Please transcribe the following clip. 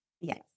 Yes